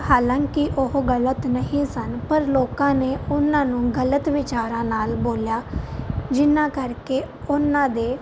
ਹਾਲਾਂਕਿ ਉਹ ਗਲਤ ਨਹੀਂ ਸਨ ਪਰ ਲੋਕਾਂ ਨੇ ਉਹਨਾਂ ਨੂੰ ਗਲਤ ਵਿਚਾਰਾਂ ਨਾਲ ਬੋਲਿਆ ਜਿਹਨਾਂ ਕਰਕੇ ਉਹਨਾਂ ਦੇ